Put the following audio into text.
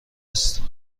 است